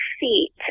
feet